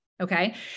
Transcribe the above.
Okay